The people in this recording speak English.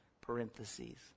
parentheses